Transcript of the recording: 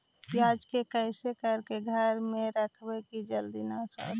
प्याज के कैसे करके घर में रखबै कि जल्दी न सड़ै?